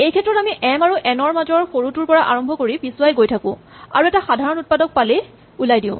এইক্ষেত্ৰত আমি এম আৰু এন ৰ মাজৰ সৰুটোৰ পৰা আৰম্ভ কৰি পিছুৱাই গৈ থাকো আৰু এটা সাধাৰণ উৎপাদক পালেই ওলাই দিওঁ